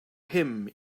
him